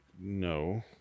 No